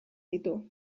ditu